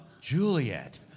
Juliet